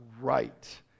right